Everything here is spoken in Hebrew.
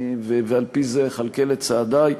ועל-פי זה אכלכל את צעדי.